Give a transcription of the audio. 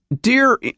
Dear